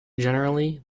generally